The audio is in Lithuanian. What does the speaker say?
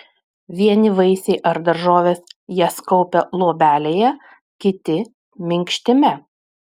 vieni vaisiai ar daržovės jas kaupia luobelėje kiti minkštime